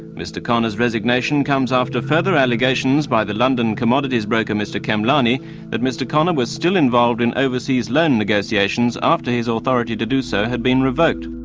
mr connor's resignation comes after further allegations by the london commodities broker mr khemlani that mr connor was still involved in overseas loan negotiations after his authority to do so had been revoked.